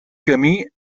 camí